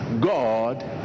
God